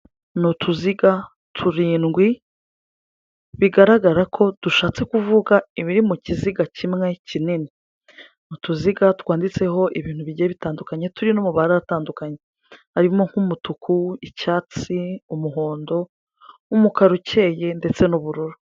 Ni utuziga turindwi, bigaragara ko dushatse kuvuga ibiri mu kiziga kimwe kinini, mu tuziga twanditseho ibintu bigiye bitandukanye turi no mubare atandukanye, harimo nk'umutuku, icyatsi, umuhondo, umukara ucyeye, ndetse n'ubururu.